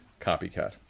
copycat